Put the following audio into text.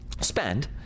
spend